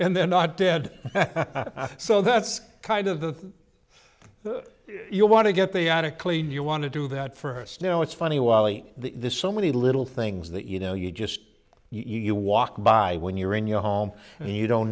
and they're not dead so that's kind of the you want to get the attic clean you want to do that first snow it's funny the this so many little things that you know you just you walk by when you're in your home and you don't